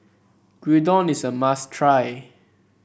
gyudon is a must try